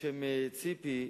בשם ציפי,